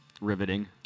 Riveting